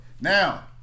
Now